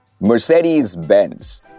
Mercedes-Benz